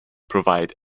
provide